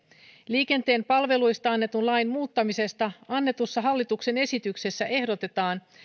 liikenteen palveluista annetun lain muuttamisesta annetussa hallituksen esityksessä ehdotetaan